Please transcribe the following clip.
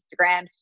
instagram